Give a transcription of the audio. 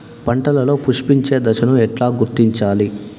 పంటలలో పుష్పించే దశను ఎట్లా గుర్తించాలి?